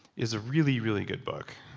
is a really, really good book,